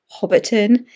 Hobbiton